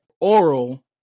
oral